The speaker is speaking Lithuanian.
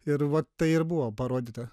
ir va tai ir buvo parodyta